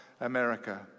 America